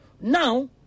Now